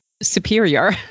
superior